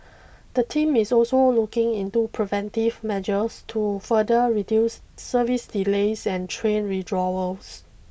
the team is also looking into preventive measures to further reduce service delays and train withdrawals